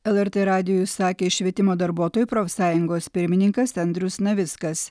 lrt radijui sakė švietimo darbuotojų profsąjungos pirmininkas andrius navickas